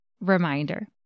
reminder